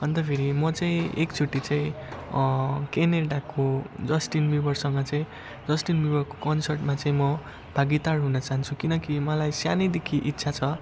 अन्त फेरि म चाहिँ एकचोटि चाहिँ क्यानाडाको जस्टिन बिबरसँग चाहिँ जस्टिन बिबरको कन्सर्टमा चाहिँ म भागिदार हुन चाहन्छु किनकि मलाई सानैदेखि इच्छा छ